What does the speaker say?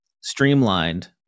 streamlined